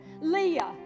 Leah